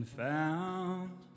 found